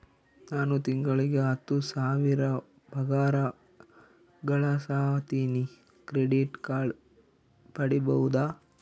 ನಾನು ತಿಂಗಳಿಗೆ ಹತ್ತು ಸಾವಿರ ಪಗಾರ ಗಳಸತಿನಿ ಕ್ರೆಡಿಟ್ ಕಾರ್ಡ್ ಪಡಿಬಹುದಾ?